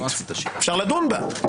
אפשר לדון בה.